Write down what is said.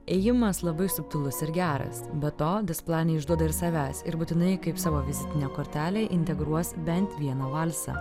ėjimas labai subtilus ir geras be to despla neišduoda ir savęs ir būtinai kaip savo vizitinę kortelę integruos bent vieną valsą